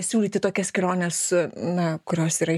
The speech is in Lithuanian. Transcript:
siūlyti tokias keliones su na kurios yra